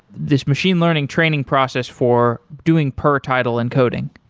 this machine learning training process for doing per title encoding?